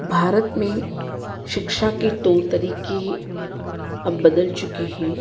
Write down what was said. भारत में शिक्षा के तौर तरीके अब बदल चुके हैं